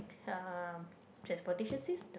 ya transportation system